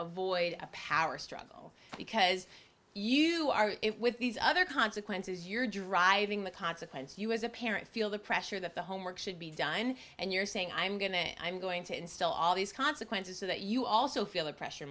avoid a power struggle because you are with these other consequences you're driving the consequence you as a parent feel the pressure that the homework should be done and you're saying i'm going to i'm going to instill all these consequences that you also feel